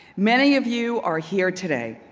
many of you are here today.